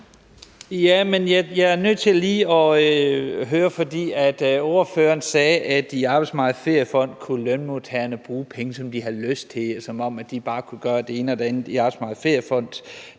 Jeg er nødt til lige at høre noget. For ordføreren sagde, at i Arbejdsmarkedets Feriefond kunne lønmodtagerne bruge pengene, som de havde lyst til, som om de bare kunne gøre det ene og det andet i Arbejdsmarkedets Feriefond,